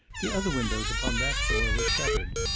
the other windows upon that floor were shuttered.